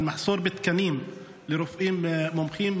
על מחסור בתקנים לרופאים מומחים,